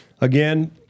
again